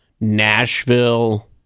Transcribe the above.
Nashville